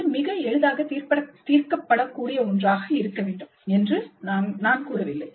இது மிக எளிதாக தீர்க்கப்படக்கூடிய ஒன்றாக இருக்க வேண்டும் என்று நாங்கள் கூறவில்லை